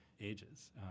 ages